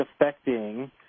affecting